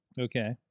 Okay